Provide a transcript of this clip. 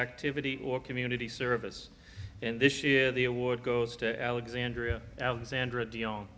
activity or community service and this year the award goes to alexandria alexandra de